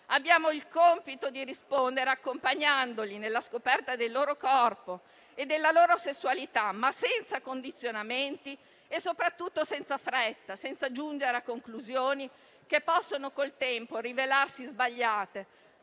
abbiamo il compito di rispondere alle loro incertezze, accompagnandoli nella scoperta del loro corpo e della loro sessualità, ma senza condizionamenti e, soprattutto, senza fretta, senza giungere a conclusioni che col tempo possono rivelarsi sbagliate,